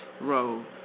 Road